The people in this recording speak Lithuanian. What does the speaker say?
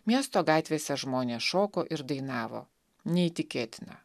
miesto gatvėse žmonės šoko ir dainavo neįtikėtina